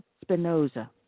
Spinoza